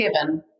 Kevin